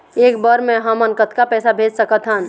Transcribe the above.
एक बर मे हमन कतका पैसा भेज सकत हन?